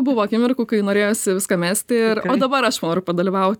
buvo akimirkų kai norėjosi viską mesti ir dabar aš noriu padalyvaut